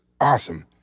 awesome